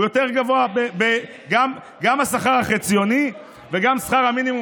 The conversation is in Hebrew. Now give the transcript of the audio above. גם השכר החציוני וגם שכר המינימום